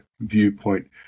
viewpoint